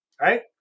right